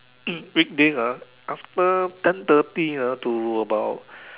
weekdays ah after ten thirty ah to about